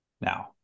Now